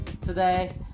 Today